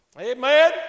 Amen